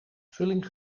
vulling